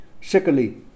Secondly